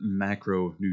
macronutrient